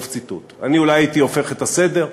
אני אולי הייתי הופך את הסדר: